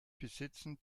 besitzen